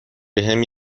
بهم